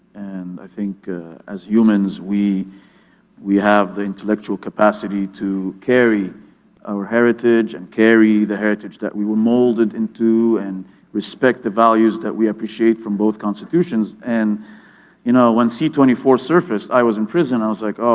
i think as humans we we have the intellectual capacity to carry our heritage and carry the heritage that we were molded into and respect the values that we appreciate from both constitutions. and you know when c two four surfaced, i was in prison. i was like,